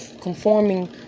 conforming